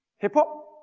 hip hop?